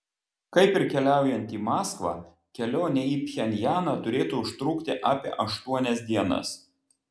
kaip ir keliaujant į maskvą kelionė į pchenjaną turėtų užtrukti apie aštuonias dienas